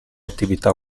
attività